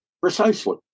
Precisely